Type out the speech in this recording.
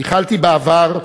ייחלתי בעבר,